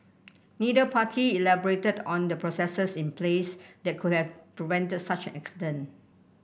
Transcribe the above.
neither party elaborated on the processes in place that could have prevented such an accident